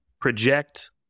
project